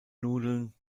nudeln